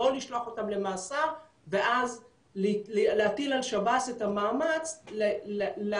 לא לשלוח אותם למאסר ואז להטיל על שב"ס את המאמץ להכין